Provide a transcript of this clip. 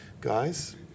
guys